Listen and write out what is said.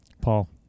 Paul